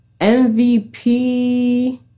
MVP